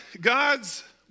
God's